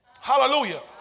Hallelujah